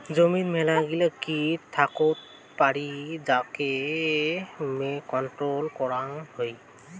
জমিত মেলাগিলা কিট থাকত পারি যাকে কন্ট্রোল করাং হই